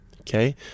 Okay